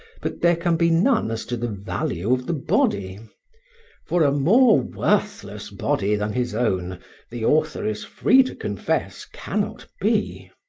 but there can be none as to the value of the body for a more worthless body than his own the author is free to confess cannot be.